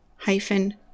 Hyphen